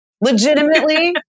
Legitimately